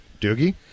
Doogie